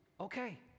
okay